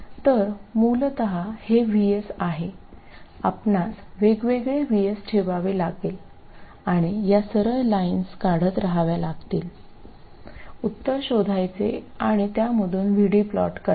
तर मूलतः हे VS आहे आपणास वेगवेगळे VS ठेवावे लागेल आणि या सरळ लाईन्स काढत रहाव्या लागतील उत्तर शोधायचे आणि त्यामधून VD प्लॉट करायचा